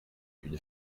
une